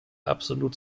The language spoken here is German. absolut